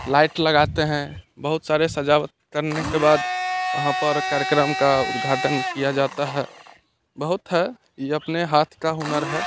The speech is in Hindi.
लाइट लगाते हैं बहुत सारे सजावट करने के बाद वहाँ पर कार्यक्रम का उद्घाटन किया जाता है बहुत है यह अपने हाथ का हुनर है